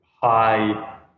high